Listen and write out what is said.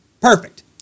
Perfect